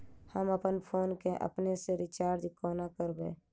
हम अप्पन फोन केँ अपने सँ रिचार्ज कोना करबै?